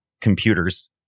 computers